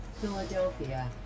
Philadelphia